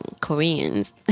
Koreans